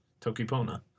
Tokipona